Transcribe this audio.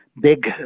big